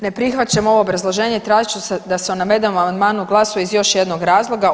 Ne prihvaćam ovo obrazloženje i tražit ću da se o navedenom amandmanu glasuje iz još jednog razloga.